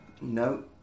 No